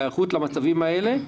בהיערכות למצבים האלה,